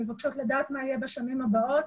ומבקשות לדעת מה יהיה בשנים הבאות.